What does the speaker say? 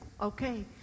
Okay